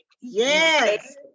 yes